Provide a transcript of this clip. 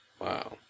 Wow